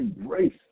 embrace